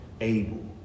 able